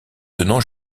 tenant